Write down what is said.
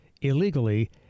illegally